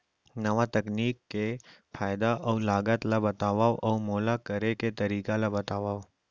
नवा तकनीक के फायदा अऊ लागत ला बतावव अऊ ओला करे के तरीका ला बतावव?